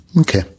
Okay